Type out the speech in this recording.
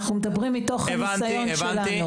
אנחנו מדברים מתוך הניסיון שלנו.